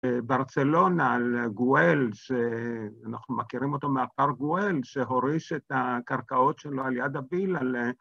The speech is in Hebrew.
‫ברצלונה, על גואל, ‫שאנחנו מכירים אותו מאפר גואל, ‫שהוריש את הקרקעות שלו ‫על יד הביל על...